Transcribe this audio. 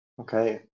okay